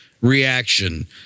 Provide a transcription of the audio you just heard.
reaction